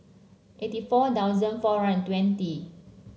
eighty four thousand four and twenty